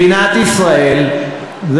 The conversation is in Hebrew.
מדינת ישראל, הכול נגמר.